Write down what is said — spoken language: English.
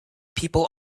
people